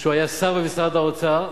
כשהוא היה שר במשרד האוצר,